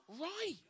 right